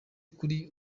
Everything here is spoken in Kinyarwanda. kuri